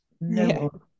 No